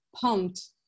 pumped